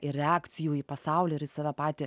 ir reakcijų į pasaulį ir į save patį